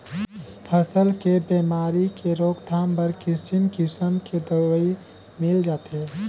फसल के बेमारी के रोकथाम बर किसिम किसम के दवई मिल जाथे